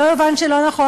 שלא יובן לא נכון,